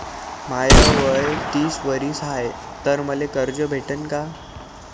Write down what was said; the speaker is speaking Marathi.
माय वय तीस वरीस हाय तर मले कर्ज भेटन का?